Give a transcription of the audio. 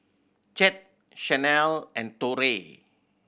Chet Shanell and Torey